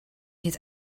his